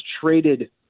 traded